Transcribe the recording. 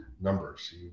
numbers